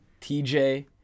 TJ